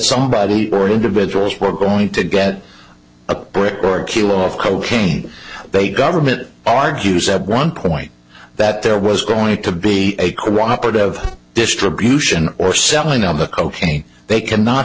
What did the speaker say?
somebody or individuals were going to get a brick or a kilo of cocaine they government argues at one point that there was going to be a cooperate of distribution or selling of the cocaine they cannot